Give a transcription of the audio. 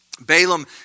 Balaam